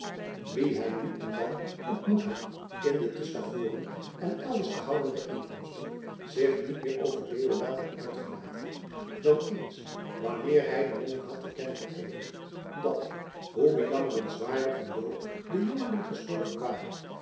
wien hij nu en dan ontmoet had in de te stavoren en elders gehouden bijeenkomsten zich niet meer over deodaat had uitgelaten dan eens wanneer hij den monnik had te kennen gegeven dat hoe bejammerenswaardig een dood de jongeling gestorven ware